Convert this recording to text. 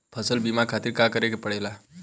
फसल बीमा खातिर का करे के पड़ेला?